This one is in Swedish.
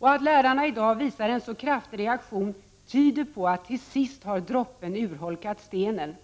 Att lärarna i dag visar en så kraftig reaktion tyder på att droppen till sist har urholkat stenen.